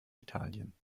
italien